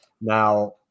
Now